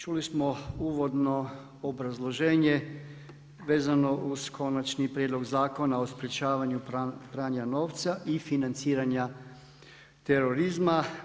Čuli smo uvodno obrazloženje vezano uz Konačni prijedlog zakona o sprječavanju pranja novca i financiranja terorizma.